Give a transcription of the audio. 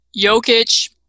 Jokic